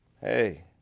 hey